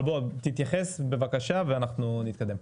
אבל בוא, תתייחס בבקשה ואנחנו נתקדם.